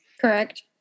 Correct